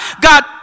God